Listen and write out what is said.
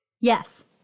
Yes